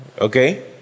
Okay